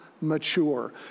mature